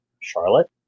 Charlotte